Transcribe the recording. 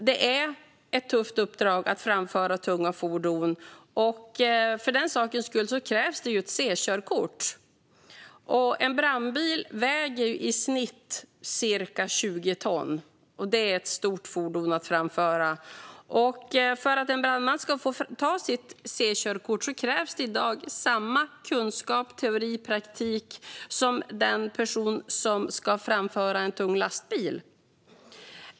Det är ett tufft uppdrag att framföra tunga fordon, och det krävs Ckörkort. En brandbil väger i snitt ca 20 ton. Det är ett stort fordon att framföra. För att en brandman ska få ta sitt C-körkort krävs det i dag samma kunskap i teori och praktik som för den person som ska framföra en tung lastbil.